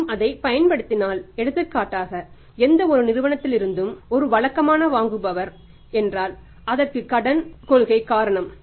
மற்றும் அதைப் பயன்படுத்தினால் எடுத்துக்காட்டாக எந்தவொரு நிறுவனத்திலிருந்தும் ஒரு வழக்கமான வாங்குபவர் என்றால் அதற்கு அதன் கடன் கொள்கை காரணம்